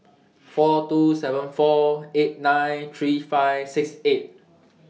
four two seven four eight nine three five six eight